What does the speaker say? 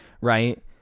right